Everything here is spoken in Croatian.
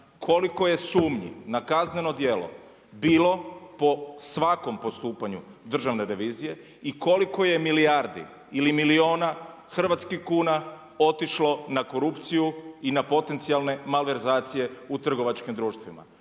koliko je sumnji na kazneno djelo bilo po svakom postupanju Državne revizije i koliko je milijardi ili milijuna hrvatskih kuna otišlo na korupciju i na potencijalne malverzacije u trgovačkim društvima.